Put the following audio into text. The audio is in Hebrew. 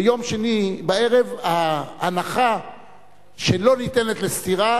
ביום שני בערב ההנחה שלא ניתנת לסתירה